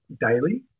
daily